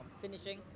finishing